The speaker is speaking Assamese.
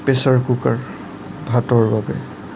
প্ৰেচাৰ কুকাৰ ভাতৰ বাবে